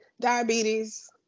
diabetes